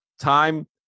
time